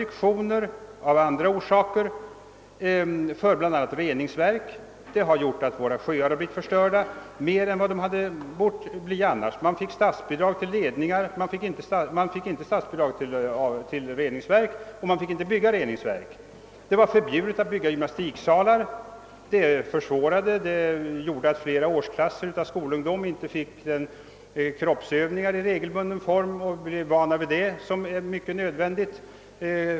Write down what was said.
Då fanns det av andra orsaker restriktioner för bl.a. reningsverk, som har gjort att våra sjöar har blivit förstörda mer än de annars skulle ha blivit. Man fick statsbidrag till ledningar, men man fick inte bygga reningsverk. Förbudet mot att bygga gymnastiksalar har gjort att flera årsklasser skolungdom inte har fått de kroppsövningar i regelbunden form som är nödvändiga.